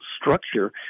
structure